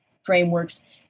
frameworks